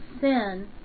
sin